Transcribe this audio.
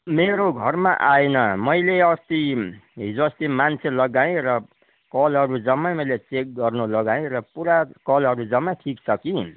मेरो घरमा आएन मैले अस्ति हिजो अस्ति मान्छे लगाएँ र कलहरू जम्मै मैले चेक गर्नु लगाएँ र पुरा कलहरू जम्मै ठिक छ कि